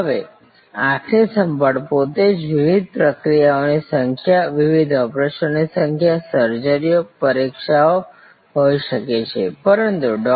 હવે આંખની સંભાળ પોતે જ વિવિધ પ્રક્રિયાઓની સંખ્યા વિવિધ ઓપરેશન્સની સંખ્યા સર્જરીઓ પરીક્ષાઓ હોઈ શકે છે પરંતુ ડૉ